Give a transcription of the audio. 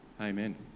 amen